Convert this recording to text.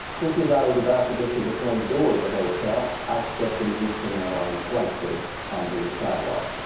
just as i was about to get to the front door of the hotel, out stepped an eastern airline flight crew onto the sidewalk.